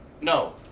no